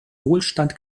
wohlstand